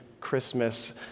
Christmas